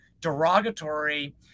derogatory